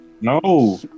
No